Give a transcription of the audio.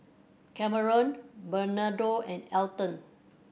Kameron Bernardo and Elton